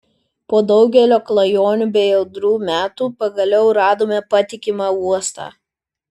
po daugelio klajonių bei audrų metų pagaliau radome patikimą uostą